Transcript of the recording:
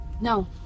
No